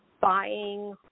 buying